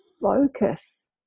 focus